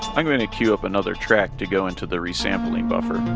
i'm going to cue up another track to go into the resampling buffer.